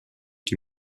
die